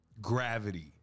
Gravity